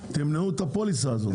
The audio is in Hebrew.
תמנעו את הפוליסה הזאת.